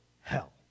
hell